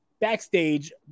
backstage